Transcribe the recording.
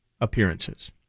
appearances